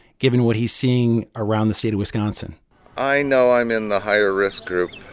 given what he's seeing around the state of wisconsin i know i'm in the higher-risk group,